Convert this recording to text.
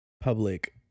public